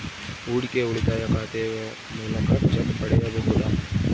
ಹೂಡಿಕೆಯ ಉಳಿತಾಯ ಖಾತೆಯ ಮೂಲಕ ಚೆಕ್ ಪಡೆಯಬಹುದಾ?